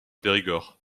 périgord